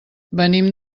venim